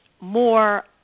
more